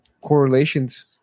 correlations